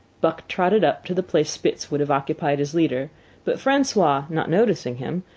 buck trotted up to the place spitz would have occupied as leader but francois, not noticing him,